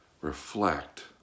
reflect